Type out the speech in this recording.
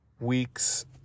weeks